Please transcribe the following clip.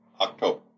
October